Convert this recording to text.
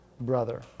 brother